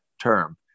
term